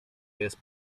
jest